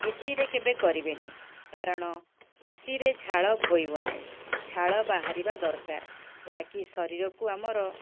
ଏସିରେ କେବେ କରିବେନି କାରଣ ଏସିରେ ଝାଳ ବୋହିବ ନାହିଁ ଝାଳ ବାହାରିବା ଦରକାର ଯାହାକି ଶରୀରକୁ ଆମର